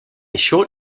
short